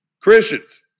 Christians